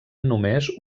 només